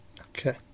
Okay